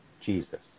Jesus